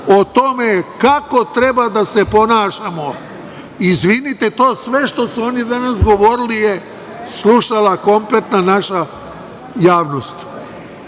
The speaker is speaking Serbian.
o tome kako treba da se ponašamo. Izvinite, to sve što su oni danas govorili je slušala kompletna naša javnost.